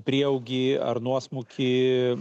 prieaugį ar nuosmukį